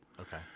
okay